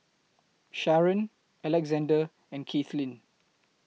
Sharen Alexander and Kathleen